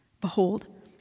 Behold